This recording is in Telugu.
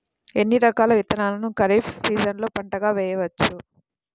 ఎన్ని రకాల విత్తనాలను ఖరీఫ్ సీజన్లో పంటగా వేయచ్చు?